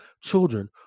children